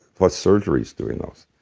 plus surgeries doing those.